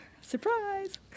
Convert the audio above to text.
Surprise